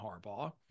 Harbaugh